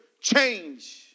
change